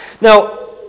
Now